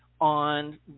on